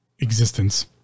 existence